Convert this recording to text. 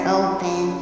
open